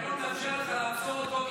התקנון מאפשר לך לעצור אותו,